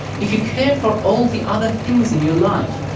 if you care for all the other things in your life,